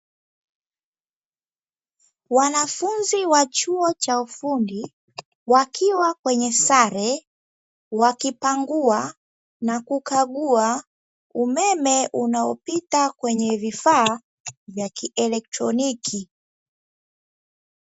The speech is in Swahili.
Wanafunzi wa chuo cha ufundi, wakiwa kwenye sare, wakipanguaa na kukagua umeme unaopita kwenye vifaa vya kielektroniki.